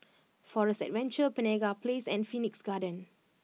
Forest Adventure Penaga Place and Phoenix Garden